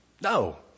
No